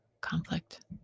conflict